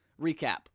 recap